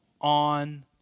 on